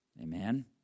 Amen